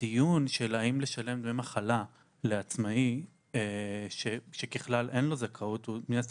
הדיון של אם לשלם דמי מחלה לעצמאי שככלל אין לו זכאות הוא מן הסתם